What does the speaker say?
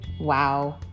wow